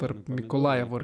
tarp nikolajevo